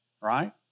right